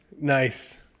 Nice